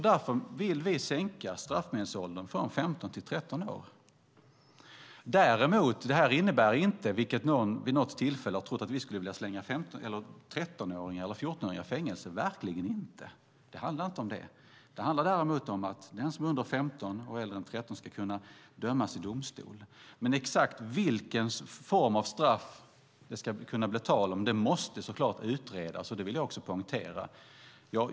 Därför vill vi sänka straffmyndighetsåldern från 15 till 13 år. Det innebär inte, vilket någon vid något tillfälle trodde, att vi skulle vilja slänga 13 och 14-åringar i fängelse, verkligen inte. Det handlar inte om det. Det handlar om att den som är under 15 och äldre än 13 ska kunna dömas i domstol. Exakt vilken form av straff det kan bli tal om måste såklart utredas. Det vill jag poängtera.